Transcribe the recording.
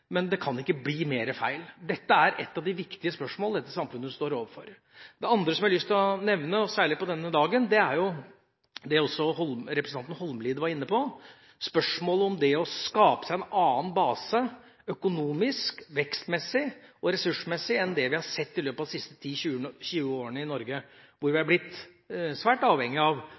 men det kan ikke bli mer feil. Dette er et av de viktige spørsmål som dette samfunnet står overfor. Det andre jeg har lyst til å nevne, og særlig på denne dagen, er det som også representanten Holmelid var inne på, nemlig spørsmålet om det å skape seg en annen base økonomisk, vekstmessig og ressursmessig enn det vi har sett i løpet av de siste 10–20 årene i Norge, hvor vi har blitt svært avhengige av